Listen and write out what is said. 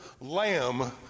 lamb